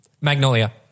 Magnolia